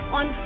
on